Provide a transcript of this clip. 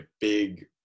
big